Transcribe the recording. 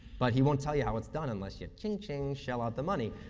but he won't tell you how it's done unless you cha-ching, shell out the money.